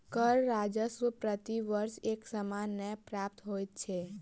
कर राजस्व प्रति वर्ष एक समान नै प्राप्त होइत छै